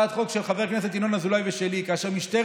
הצעת חוק של חבר הכנסת ינון אזולאי ושלי, מבצעת